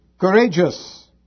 courageous